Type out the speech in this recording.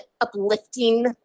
uplifting